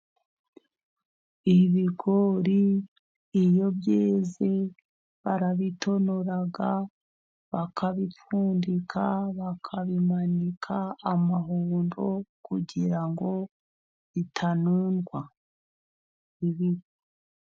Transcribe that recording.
Ibigori iyo byeze barabitonora, bakabipfundika, bakabimanika amahundo, kugira ngo bitanundwa. Ibi...